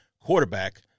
quarterback